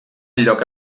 lloc